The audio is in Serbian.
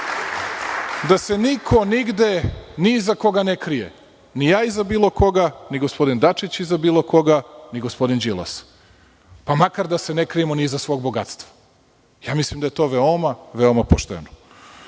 da se niko nigde ni iza koga ne krije – ni ja iza bilo koga, ni gospodin Dačić iza bilo koga, ni gospodin Đilas, pa makar da se ne krijemo ni iza svog bogatstva. Mislim da je to veoma, veoma pošteno. Što